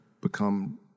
become